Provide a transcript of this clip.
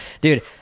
Dude